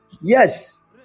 yes